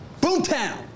Boomtown